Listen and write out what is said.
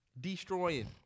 Destroying